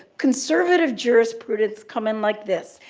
conservative jurisprudence come in like this.